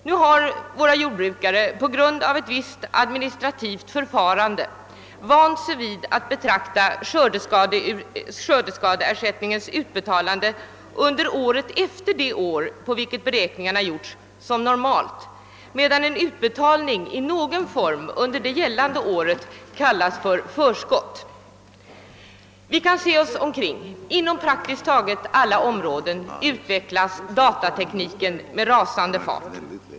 Nu har våra jordbrukare på grund av ett visst administrativt förfarande vant sig vid att betrakta skördeskadeersättningens utbetalande under året efter det år, på vilket beräkningarna gjorts, som normalt, medan en utbetalning i någon form under det gällande året kallas förskott. Vi kan se oss omkring. Inom prak tiskt taget alla områden utvecklas datatekniken med rasande fart.